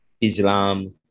Islam